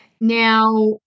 Now